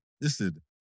listen